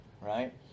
right